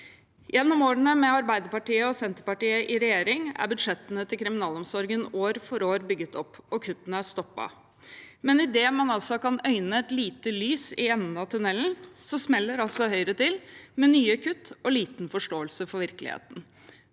Gjennom årene med Arbeiderpartiet og Senterpartiet i regjering er budsjettene til kriminalomsorgen år for år bygget opp, og kuttene er stoppet. Men idet man kan øyne et lite lys i enden av tunnelen, smeller altså Høyre til med nye kutt og liten forståelse for virkeligheten.